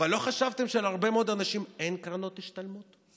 אבל לא חשבתם שלהרבה מאוד אנשים אין קרנות השתלמות?